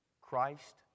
Christ